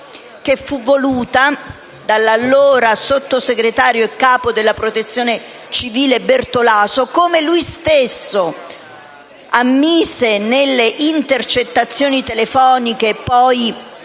che fu voluta dall'allora sottosegretario e capo della Protezione civile Guido Bertolaso, dal momento che lui stesso ammise, nelle intercettazioni telefoniche poi